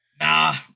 Nah